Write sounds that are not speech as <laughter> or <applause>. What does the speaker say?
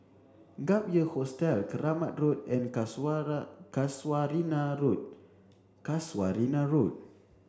Gap Year Hostel Keramat Road and <unintelligible> Casuarina Road Casuarina Road